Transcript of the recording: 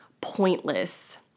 pointless